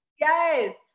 Yes